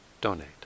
donate